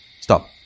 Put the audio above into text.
stop